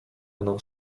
mną